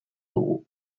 dugu